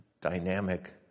dynamic